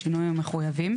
בשינויים המחויבים,